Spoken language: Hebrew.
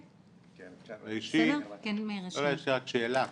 יש לי רק שאלה,